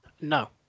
No